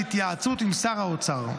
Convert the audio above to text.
בהתייעצות עם שר האוצר.